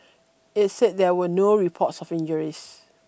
it said there were no reports of injuries